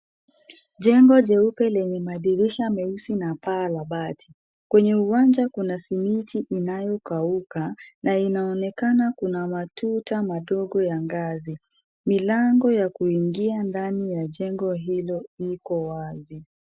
Jengo jeupe lenye madirisha meusi na paa la bati. Kwenye uwanja kuna simiti inayokauka na inaonekana kuna matuta madogo ya ngazi. Milango ya kuingia ndani ya jengo hilo iko wazi.